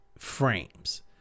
frames